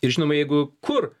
ir žinoma jeigu kur